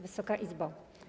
Wysoka Izbo!